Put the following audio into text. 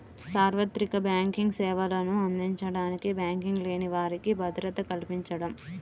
సార్వత్రిక బ్యాంకింగ్ సేవలను అందించడానికి బ్యాంకింగ్ లేని వారికి భద్రత కల్పించడం